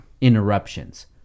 interruptions